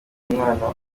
umwana